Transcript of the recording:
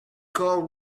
call